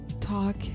talk